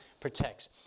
protects